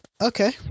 okay